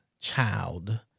child